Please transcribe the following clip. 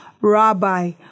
Rabbi